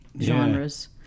genres